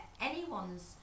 anyone's